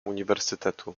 uniwersytetu